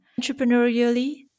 entrepreneurially